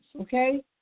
okay